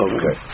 Okay